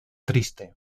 triste